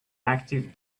active